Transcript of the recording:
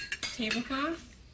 tablecloth